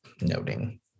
noting